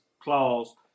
clause